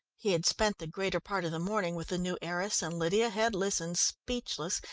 he had spent the greater part of the morning with the new heiress, and lydia had listened, speechless,